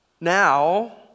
Now